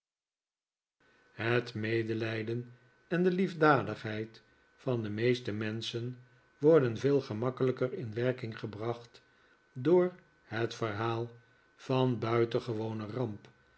het medelijden en de liefdadigheid van de meeste menschen worden veel gemakkelijker in werking gebracht door het verhaal van een buitengewone ramp